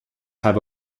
have